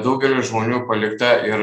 daugeliui žmonių palikta ir